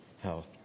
health